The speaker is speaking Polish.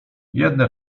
jedne